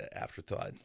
afterthought